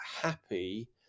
happy